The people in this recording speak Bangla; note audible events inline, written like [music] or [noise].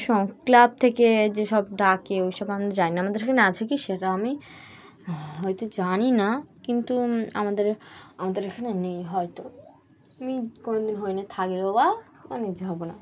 [unintelligible] ক্লাব থেকে যেসব ডাকে ওই সব আমরা জানি না আমাদের এখানে আছে কি সেটা আমি হয়তো জানি না কিন্তু আমাদের আমাদের এখানে নেই হয়তো আমি কোনো দিন হয়নি থাকলেও বা মানে [unintelligible] হবো না